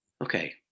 okay